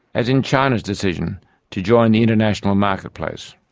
as in china's decision to join the international marketplace.